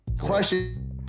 Question